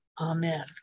Amen